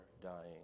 dying